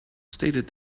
stated